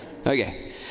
Okay